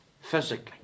Physically